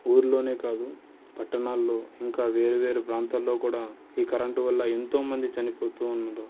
ఊరులోనే కాదు పట్టణాల్లో ఇంకా వేరువేరు ప్రాంతాల్లో కూడా ఈ కరెంటు వల్ల ఎంతో మంది చనిపోతూ ఉన్నారు